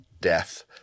death